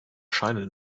scheine